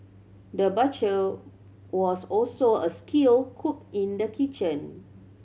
the butcher was also a skilled cook in the kitchen